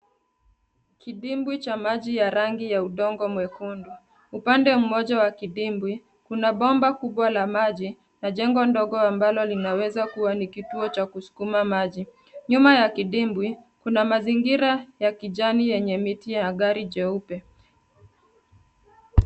Kidimbwi cha maji ya rangi ya udongo mwekundu. Upande mmoja wa kidimbwi kuna bomba kubwa la maji na jengo ndogo ambalo linaweza kuwa ni kituo cha kusukuma maji. Nyuma ya kidimbwi kuna mazingira ya kijani yenye miti angali jeupe.